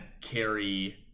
carry